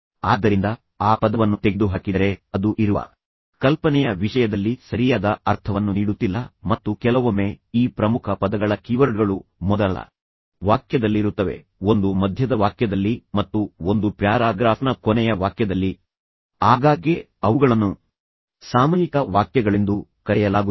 ಆದ್ದರಿಂದ ಆ ಪದವನ್ನು ತೆಗೆದುಹಾಕಿದರೆ ಅದು ಇರುವ ಕಲ್ಪನೆಯ ವಿಷಯದಲ್ಲಿ ಸರಿಯಾದ ಅರ್ಥವನ್ನು ನೀಡುತ್ತಿಲ್ಲ ಮತ್ತು ಕೆಲವೊಮ್ಮೆ ಈ ಪ್ರಮುಖ ಪದಗಳ ಕೀವರ್ಡ್ಗಳು ಮೊದಲ ವಾಕ್ಯದಲ್ಲಿರುತ್ತವೆ ಒಂದು ಮಧ್ಯದ ವಾಕ್ಯದಲ್ಲಿ ಮತ್ತು ಒಂದು ಪ್ಯಾರಾಗ್ರಾಫ್ನ ಕೊನೆಯ ವಾಕ್ಯದಲ್ಲಿ ಆಗಾಗ್ಗೆ ಅವುಗಳನ್ನು ಸಾಮಯಿಕ ವಾಕ್ಯಗಳೆಂದು ಕರೆಯಲಾಗುತ್ತದೆ